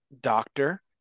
doctor